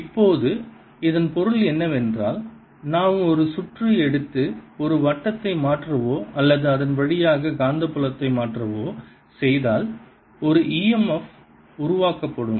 இப்போது இதன் பொருள் என்னவென்றால் நான் ஒரு சுற்று எடுத்து சுற்று வட்டத்தை மாற்றவோ அல்லது அதன் வழியாக காந்தப்புலத்தை மாற்றவோ செய்தால் ஒரு e m f உருவாக்கப்படும்